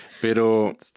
Pero